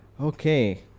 okay